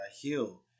heal